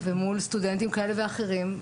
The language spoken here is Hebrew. ומול סטודנטים כאלה ואחרים,